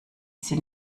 sie